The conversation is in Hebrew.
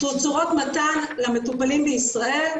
תצורות המתן למטופלים בישראל,